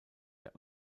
der